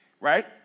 Right